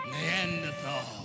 Neanderthal